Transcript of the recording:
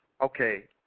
Okay